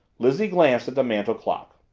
lizzie glanced at the mantel clock.